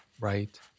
right